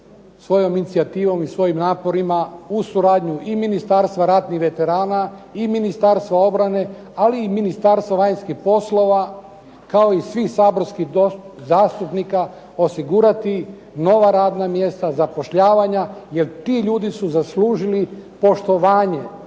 svojom inicijativom i svojim naporima uz suradnju i Ministarstva ratnih veterana i Ministarstva obrane, ali i Ministarstva vanjskih poslova kao i svi saborskih zastupnika osigurati nova radna mjesta zapošljavanja, jer ti ljudi su zaslužili poštovanje.